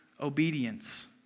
obedience